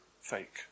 fake